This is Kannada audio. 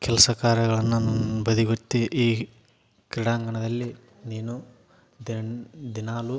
ಕೆಲಸ ಕಾರ್ಯಗಳನ್ನು ಬದಿಗೊತ್ತಿ ಈ ಕ್ರೀಡಾಂಗಣದಲ್ಲಿ ನೀನು ದಿನಾ ದಿನಾಲೂ